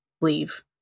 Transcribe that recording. leave